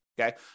okay